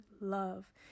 love